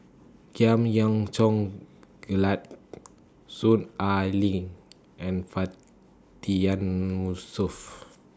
Giam Yean Song Gerald Soon Ai Ling and Fatiyan Yusof